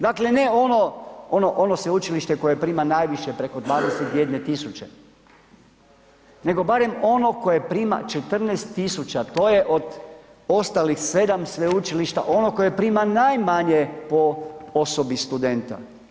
Dakle ne ono sveučilište koje prima najviše, preko 21 tisuće, nego barem ono koje prima 14 tisuća, to je od ostalih 7 sveučilišta ono koje priman najmanje po osobi studenta.